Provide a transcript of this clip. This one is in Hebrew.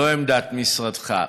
לא עמדת משרדך,